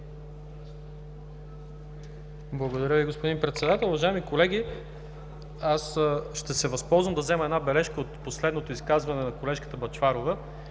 Благодаря Ви, господин Председател. Уважаеми колеги! Аз ще се възползвам да взема една бележка от последното изказване на колежката Бъчварова,